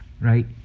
right